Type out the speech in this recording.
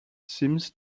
seems